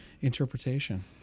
interpretation